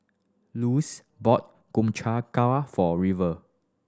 Lossie bought Gobchang ga for River